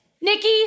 Nikki